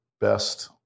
best